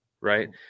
right